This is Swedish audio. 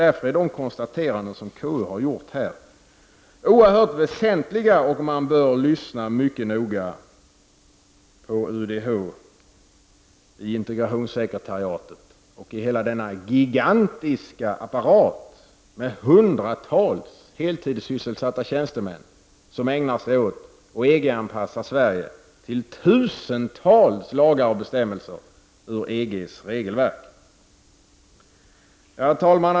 Därför är de konstateranden som KU har gjort här oerhört väsentliga, och man bör lyssna mycket noga på UDH, i integrationssekretariatet och i hela denna gigantiska apparat med hundratals heltidssysselsatta tjänstemän som ägnar sig åt att EG-anpassa Sverige till tusentals lagar och bestämmelser ur EGs regelverk. Herr talman!